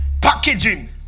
packaging